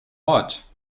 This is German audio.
ort